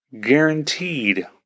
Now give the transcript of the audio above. Guaranteed